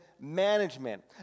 management